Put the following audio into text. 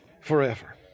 Forever